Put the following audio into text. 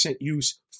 use